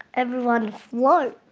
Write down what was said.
everyone floats.